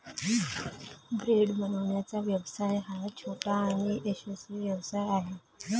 bread बनवण्याचा व्यवसाय हा छोटा आणि यशस्वी व्यवसाय आहे